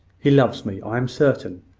he loves me, i am certain.